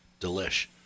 Delish